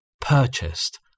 purchased